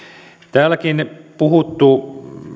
täälläkin puhuttu